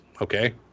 okay